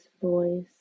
voice